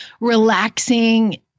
relaxing